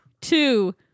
two